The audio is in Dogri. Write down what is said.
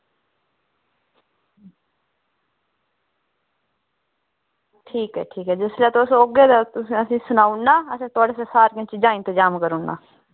ठीक ऐ ठीक ऐ जिसलै तिुस आगेओ तुसें असें ई सनाई ओड़ना ते थुआढ़े आस्तै सारियां चीज़ें दा इंतजाम करी ओड़ना